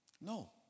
No